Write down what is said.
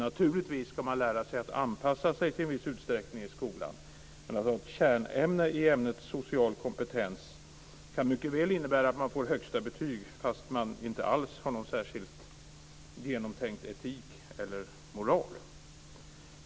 Naturligtvis ska man lära sig att anpassa sig i en viss utsträckning i skolan, men att ha social kompetens som ett kärnämne i skolan kan mycket väl innebära att man får högsta betyg fast man inte alls har någon särskilt genomtänkt etik eller moral.